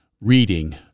reading